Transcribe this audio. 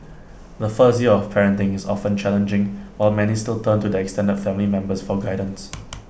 the first year of parenting is often challenging while many still turn to their extended family members for guidance